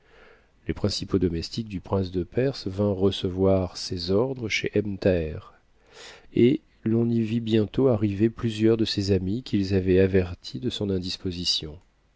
les principaux domestiques du prince de perse vinrent recevoir ses ordres chez ebn thaher et l'on y vit bientôt arriver plusieurs de ses amis qu'ils avaient avertis de son indisposition